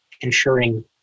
ensuring